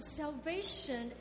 salvation